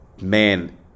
man